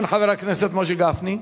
מכתב למזכיר.